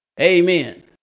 Amen